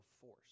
force